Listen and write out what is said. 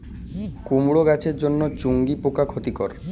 কুমড়ো গাছের জন্য চুঙ্গি পোকা ক্ষতিকর?